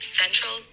central